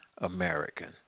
American